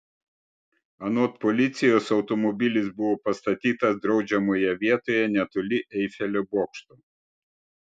anot policijos automobilis buvo pastatytas draudžiamoje vietoje netoli eifelio bokšto